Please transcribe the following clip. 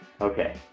okay